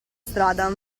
strada